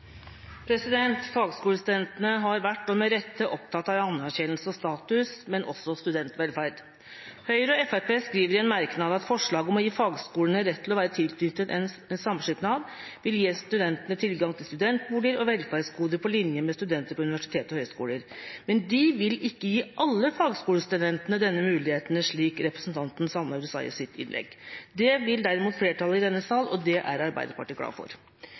status, men også av studentvelferd. Høyre, Fremskrittspartiet og Kristelig Folkeparti skriver i en merknad at forslaget om å gi fagskolene rett til å være tilknyttet en samskipnad «vil gi studenter tilgang til studentboliger og velferdsgoder på linje med studenter på universiteter og høyskoler». Men de vil ikke gi alle fagskolestudentene denne muligheten, slik representanten Sandaune sa i sitt innlegg. Det vil derimot flertallet i denne sal, og det er Arbeiderpartiet glad for.